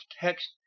text